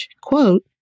quote